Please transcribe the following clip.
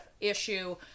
issue